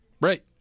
Right